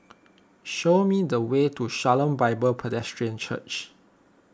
show me the way to Shalom Bible Presbyterian Church